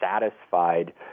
satisfied